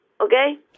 okay